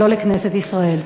ולא לכנסת ישראל.